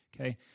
Okay